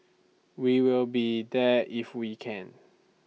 we will be there if we can